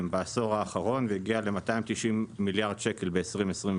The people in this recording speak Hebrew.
בעשור האחרון והגיע ל-290 מיליארד שקל ב-2022.